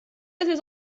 dass